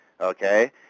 okay